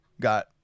got